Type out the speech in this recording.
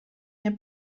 nie